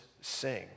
sing